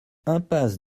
impasse